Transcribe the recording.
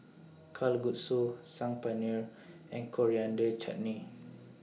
Kalguksu Saag Paneer and Coriander Chutney